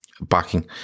backing